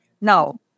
Now